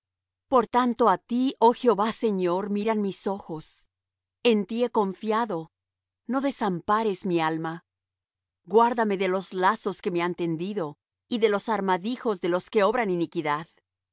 por tanto á ti oh jehová señor miran mis ojos en ti he confiado no desampares mi alma guárdame de los lazos que me han tendido y de los armadijos de los que obran iniquidad